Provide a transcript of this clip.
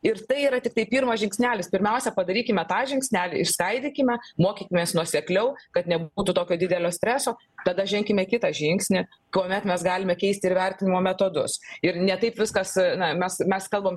ir tai yra tiktai pirmas žingsnelis pirmiausia padarykime tą žingsnelį išskaidykime mokykimės nuosekliau kad nebūtų tokio didelio streso tada ženkime kitą žingsnį kuomet mes galime keisti ir vertinimo metodus ir ne taip viskas na mes mes kalbam